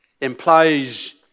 implies